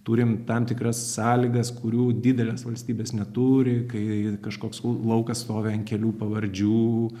turim tam tikras sąlygas kurių didelės valstybės neturi kai kažkoks laukas stovi ant kelių pavardžių